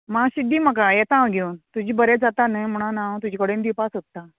मात्शें दी म्हाका येतां हांव घेवन तुजी बरें जाता न्हय म्हणून हांव तुजे कोडेन दिवपाक सोदतां